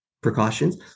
precautions